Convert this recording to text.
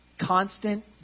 constant